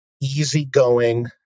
easygoing